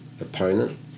opponent